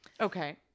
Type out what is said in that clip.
Okay